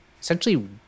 essentially